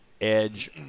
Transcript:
Edge